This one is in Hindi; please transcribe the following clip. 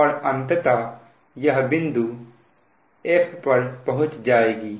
और अंततः यह बिंदु F पर पहुंचे गी